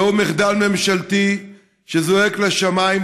זהו מחדל ממשלתי שזועק לשמיים,